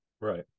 right